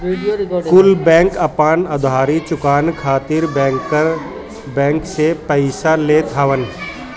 कुल बैंक आपन उधारी चुकाए खातिर बैंकर बैंक से पइसा लेत हवन